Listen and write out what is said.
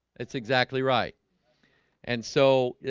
it's exactly right and so yeah,